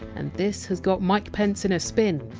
and this has got mike pence in a spin!